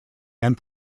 and